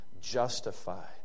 justified